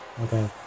Okay